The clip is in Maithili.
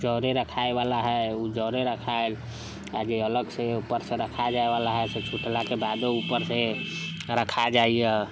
जरय रखाय बला है ओ जरय रखायल आ जे अलगसँ उपरसँ रखाय बला है तऽ छुटलाके बादो उपरसँ रखा जाइया